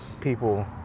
people